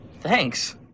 Thanks